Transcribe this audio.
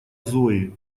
зои